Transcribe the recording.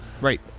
Right